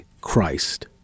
Christ